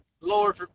Lord